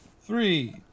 three